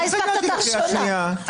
לא, אני לא מסוגל לדבר משפט בלי הפסקה.